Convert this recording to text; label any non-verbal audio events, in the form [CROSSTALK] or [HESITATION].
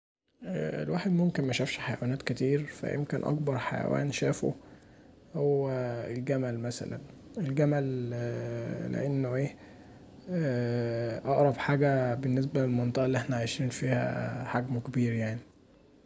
الواحد ممكن مشافش حيوانات كتير، فيمكن اكبر حيوان شافه هو الجمل مثلا الجمل لأنه [HESITATION] اقرب حاجه بالنسبه للمنطقه اللي احنا عايشين فيها حجمه كبير يعني.